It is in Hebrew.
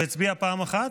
והצביע פעם אחת?